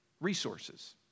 resources